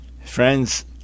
Friends